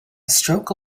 stroke